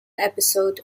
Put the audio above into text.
episode